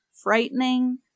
frightening